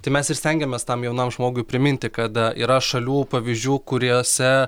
tai mes ir stengiamės tam jaunam žmogui priminti kada yra šalių pavyzdžių kuriose